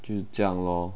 就这样咯